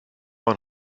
man